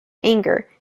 anger